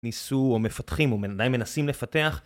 ניסו או מפתחים או עדיין מנסים לפתח